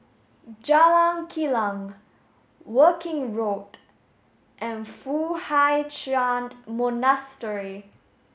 Jalan Kilang Woking Road and Foo Hai Ch'and Monastery